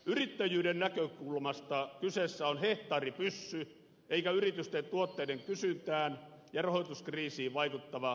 yrittäjyyden näkökulmasta kyseessä on hehtaaripyssy eikä yritysten tuotteiden kysyntään ja rahoituskriisiin vaikuttava täsmälääke